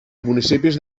municipis